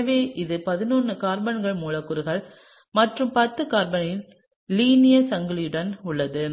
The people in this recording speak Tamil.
எனவே இது 11 கார்பன் மூலக்கூறு மற்றும் 10 கார்பன் லீனியர் சங்கிலியுடன் உள்ளது